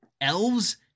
elves